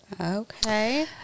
Okay